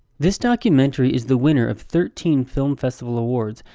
this documentary is the winner of thirteen film festival awards,